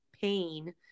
pain